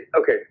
okay